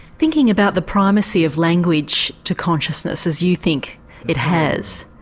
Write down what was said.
thinking about the primacy of language to consciousness as you think it has.